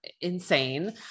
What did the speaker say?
insane